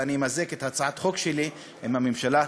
ואני אמזג את הצעת החוק שלי עם זו של הממשלה.